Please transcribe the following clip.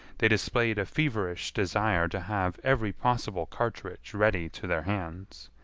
they displayed a feverish desire to have every possible cartridge ready to their hands.